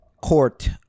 Court